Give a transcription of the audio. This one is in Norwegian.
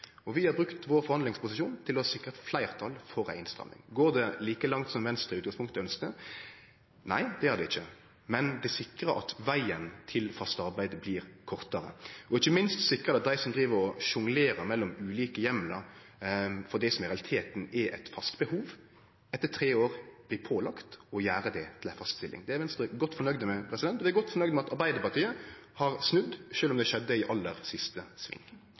Stortinget. Vi har brukt forhandlingsposisjonen vår til å sikre fleirtal for ei innstramming. Går det like langt som Venstre i utgangspunktet ønskte? Nei, det gjer det ikkje, men det sikrar at vegen til fast arbeid blir kortare. Ikkje minst sikrar det at dei som driv og sjonglerer mellom ulike heimlar for det som i realiteten er eit fast behov, etter tre år blir pålagde å gjere det til ei fast stilling. Det er Venstre godt fornøgd med, og vi er godt fornøgde med at Arbeidarpartiet har snudd, sjølv om det skjedde i aller siste sving.